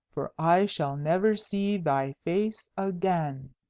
for i shall never see thy face again.